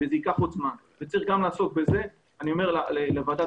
יש עוד תחנות